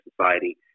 society